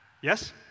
Yes